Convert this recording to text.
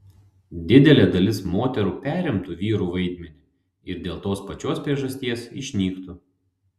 didelė dalis moterų perimtų vyrų vaidmenį ir dėl tos pačios priežasties išnyktų